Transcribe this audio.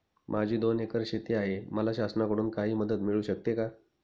माझी दोन एकर शेती आहे, मला शासनाकडून काही मदत मिळू शकते का?